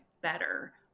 better